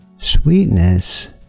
Sweetness